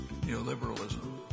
neoliberalism